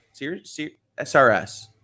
SRS